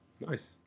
Nice